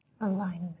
alignment